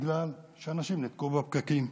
בגלל שאנשים נתקעו בפקקים.